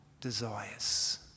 desires